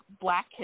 Black